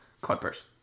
Clippers